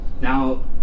Now